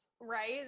right